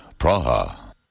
Praha